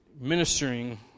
ministering